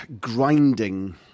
grinding